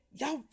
y'all